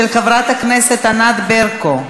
של חברת הכנסת ענת ברקו.